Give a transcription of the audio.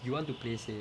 you want to play safe